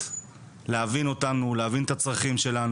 להבין אותנו ולהבין את הצרכים שלנו.